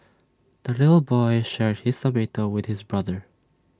the little boy shared his tomato with his brother